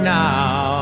now